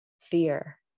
Fear